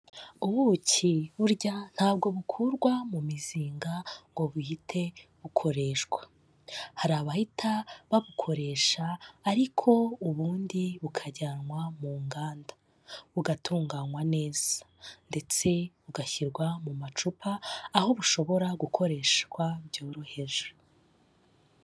Ubuki burya ntabwo bukurwa mu mizinga ngo buhite bukoreshwa, hari abahita babukoresha ariko ubundi bukajyanwa mu nganda bugatunganywa neza ndetse bugashyirwa mu macupa, aho bushobora gukoreshwa byoroheje.